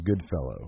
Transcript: Goodfellow